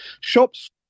Shops